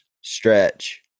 stretch